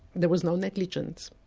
there was no negligence.